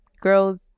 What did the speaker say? girls